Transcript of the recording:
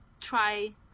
try